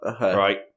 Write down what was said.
right